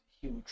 huge